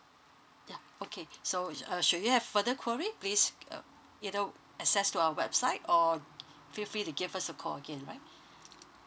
ya okay so uh should you have further queries please uh either access to our website or feel free to give us a call again right